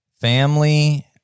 family